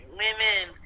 women